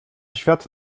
świat